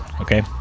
okay